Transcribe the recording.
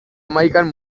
hamaikan